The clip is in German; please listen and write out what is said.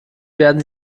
werden